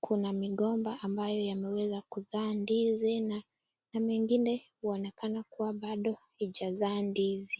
kuna migomba ambayo yameweza kuzaa ndizi na mengine unaonekana kuwa bado haijazaa ndizi.